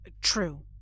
True